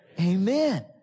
Amen